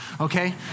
okay